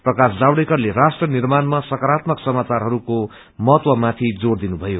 प्रकाश जावडेकरले राष्ट्र निर्माणमा सक्वरात्मक समाचारहरूको महत्व माथि जोर दिनुथयो